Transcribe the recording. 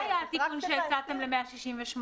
מה היה התיקון שהצעתם ל-168?